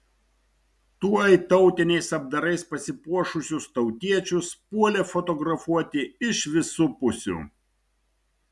tuoj tautiniais apdarais pasipuošusius tautiečius puolė fotografuoti iš visų pusių